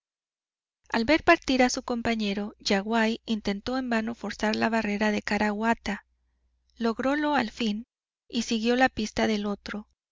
al ver partir a su compañero yaguaí intentó en vano forzar la barrera de caraguatá logrólo al fin y siguió la pista del otro